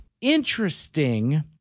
interesting